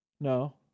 No